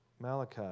Malachi